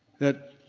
that